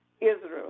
Israel